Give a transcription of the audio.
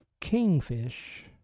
Kingfish